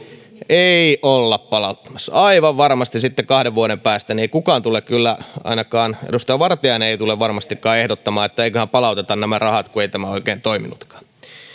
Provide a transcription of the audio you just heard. ei olla palauttamassa aivan varmasti kahden vuoden päästä ei kyllä kukaan tule ainakaan edustaja vartiainen ei varmastikaan tule ehdottamaan että eiköhän palauteta nämä rahat kun ei tämä oikein toiminutkaan